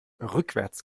rückwärts